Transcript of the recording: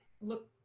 look